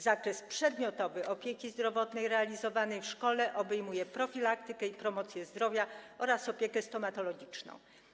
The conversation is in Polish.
Zakres przedmiotowy opieki zdrowotnej realizowany w szkole obejmuje profilaktykę i promocję zdrowia oraz opiekę stomatologiczną.